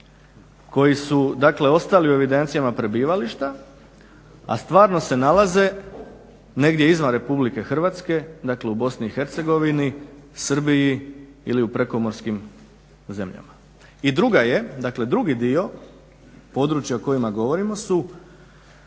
koji su dakle ostali u evidencijama prebivališta, a stvarno se nalaze negdje izvan RH, dakle u BiH, Srbiji ili u prekomorskim zemljama. I druga je, dakle drugi dio područja o kojima govorimo su